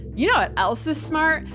you know what else is smart?